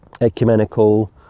ecumenical